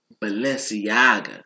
Balenciaga